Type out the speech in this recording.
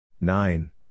Nine